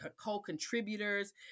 co-contributors